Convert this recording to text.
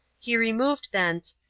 he removed thence,